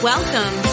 Welcome